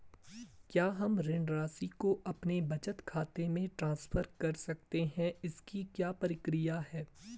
क्या हम ऋण राशि को अपने बचत खाते में ट्रांसफर कर सकते हैं इसकी क्या प्रक्रिया है?